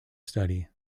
study